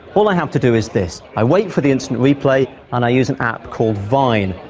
all i have to do is this i wait for the instant replay and i use an app called vine.